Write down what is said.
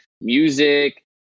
music